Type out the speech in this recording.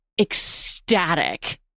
ecstatic